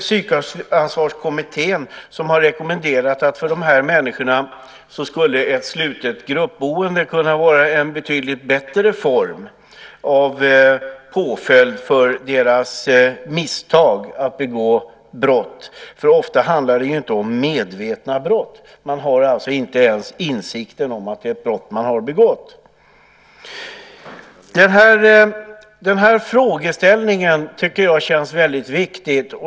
Psykansvarskommittén har sagt att när det gäller de här människorna skulle ett slutet gruppboende kunna vara en betydligt bättre form av påföljd för deras misstag att begå brott. Ofta handlar det nämligen inte om medvetna brott. Man har alltså inte ens insikten om att det är ett brott man har begått. Den här frågeställningen tycker jag känns väldigt viktig.